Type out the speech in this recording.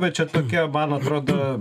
va čia tokia man atrodo